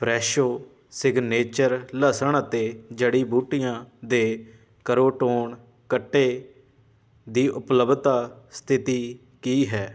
Fresho signature ਲਸਣ ਅਤੇ ਜੜੀ ਬੂਟੀਆਂ ਦੇ ਕਰੌਟੌਨ ਕੱਟੇ ਦੀ ਉਪਲਬਧਤਾ ਸਥਿਤੀ ਕੀ ਹੈ